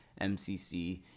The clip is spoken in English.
MCC